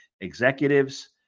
executives